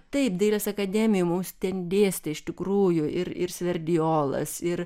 taip dailės akademijoj mus ten dėstė iš tikrųjų ir ir sverdiolas ir